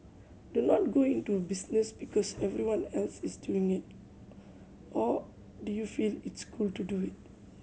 do not go into a business because everyone else is doing it or do you feel it's cool to do it